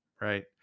right